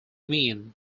mean